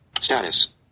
Status